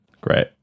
Great